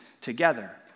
together